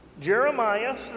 Jeremiah